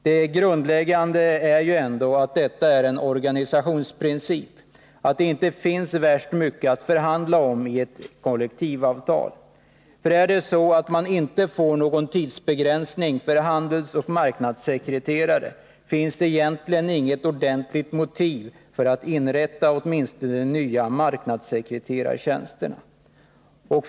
Det grundläggande är ju ändå denna organisationsprincip — det finns inte så värst mycket att förhandla om för att få ett kollektivavtal. Är det så att man inte får någon tidsbegränsning för handelsoch marknadssekreterare, finns det egentligen inget ordentligt motiv för att inrätta åtminstone de nya marknadssekreterartjänsterna.